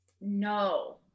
No